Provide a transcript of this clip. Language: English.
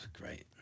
great